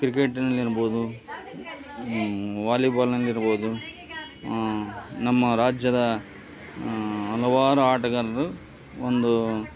ಕ್ರಿಕೆಟ್ನಲ್ಲಿರ್ಬೋದು ವಾಲಿಬಾಲ್ನಲ್ಲಿರ್ಬೋದು ನಮ್ಮ ರಾಜ್ಯದ ಹಲವಾರು ಆಟಗಾರರು ಒಂದು